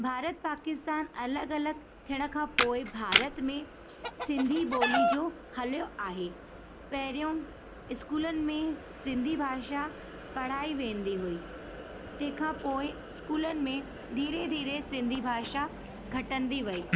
भारत पाकिस्तान अलॻि अलॻि थियण खां पोएं भारत में सिंधी ॿोली जो हलियो आहे पहिरियों इस्कूलनि में सिंधी भाषा पढ़ाई वेंदी हुई तंहिं खां पोएं इस्कूलनि में धीरे धीरे सिंधी भाषा घटिंदी वई